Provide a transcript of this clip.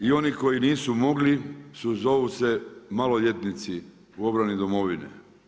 I oni koji nisu mogli zovu se maloljetnici u obrani domovine.